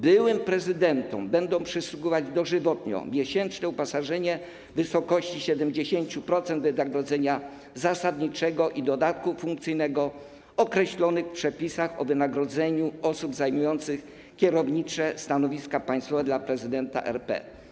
Byłym prezydentom będzie przysługiwać dożywotnio miesięczne uposażenie w wysokości 70% wynagrodzenia zasadniczego i dodatku funkcyjnego określonych w przepisach o wynagrodzeniu osób zajmujących kierownicze stanowiska państwowe dla prezydenta RP.